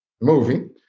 movie